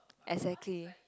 exactly